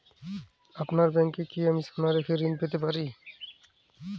আপনার ব্যাংকে কি আমি সোনা রেখে ঋণ পেতে পারি?